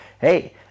hey